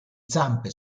zampe